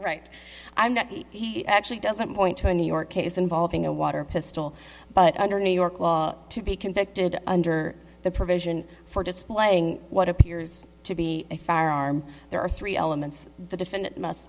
right i'm not he actually doesn't point to a new york case involving a water pistol but under new york law to be convicted under the provision for displaying what appears to be a firearm there are three elements the defendant must